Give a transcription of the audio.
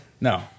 No